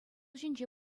ҫинче